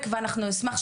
אנשים מקצועיים.